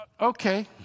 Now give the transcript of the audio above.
Okay